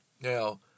Now